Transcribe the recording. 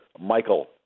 Michael